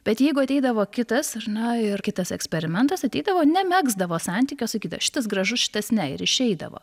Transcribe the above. bet jeigu ateidavo kitas ar ne ir kitas eksperimentas ateidavo nemegzdavo santykio sakydavo šitas gražus šitas ne ir išeidavo